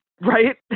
right